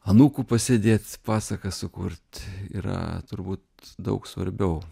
anūku pasėdėt pasaką sukurt yra turbūt daug svarbiau